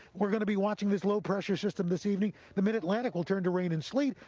we are going to be watching this low pressure system this evening. the mid-atlantic will turn to rain and sleet.